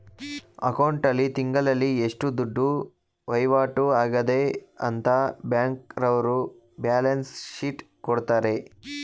account ಆಲ್ಲಿ ತಿಂಗಳಲ್ಲಿ ಎಷ್ಟು ದುಡ್ಡು ವೈವಾಟು ಆಗದೆ ಅಂತ ಬ್ಯಾಂಕ್ನವರ್ರು ಬ್ಯಾಲನ್ಸ್ ಶೀಟ್ ಕೊಡ್ತಾರೆ